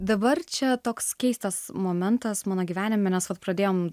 dabar čia toks keistas momentas mano gyvenime nes vat pradėjom